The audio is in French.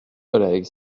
collègues